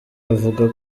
avuga